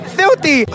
filthy